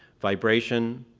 vibration,